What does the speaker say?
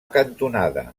cantonada